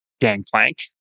gangplank